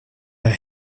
der